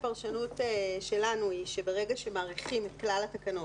כיוון שהפרשנות שלנו היא שברגע שמאריכים את כלל התקנות,